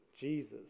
jesus